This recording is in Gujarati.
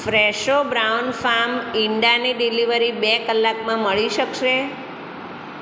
ફ્રેશો બ્રાઉન ફાર્મ ઇંડાની ડિલિવરી બે કલાકમાં મળી શકશે